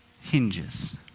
hinges